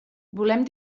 volem